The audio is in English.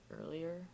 earlier